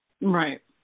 Right